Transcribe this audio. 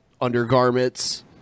undergarments